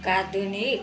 काधुनिक